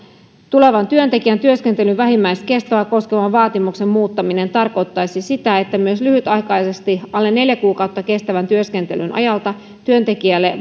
tulevan työntekijän työskentelyn vähimmäiskestoa koskevan vaatimuksen muuttaminen tarkoittaisi sitä että myös lyhytaikaisesti alle neljä kuukautta kestävän työskentelyn ajalta työntekijälle